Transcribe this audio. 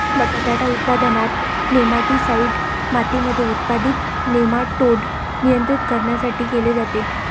बटाटा उत्पादनात, नेमाटीसाईड मातीमध्ये उत्पादित नेमाटोड नियंत्रित करण्यासाठी केले जाते